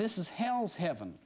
this is hells heaven